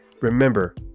remember